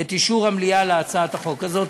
אני מבקש את אישור המליאה להצעת החוק הזאת.